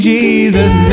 Jesus